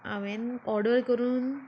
हांवेन ऑर्डर करून